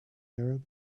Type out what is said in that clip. arab